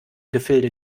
gefilde